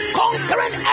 conquering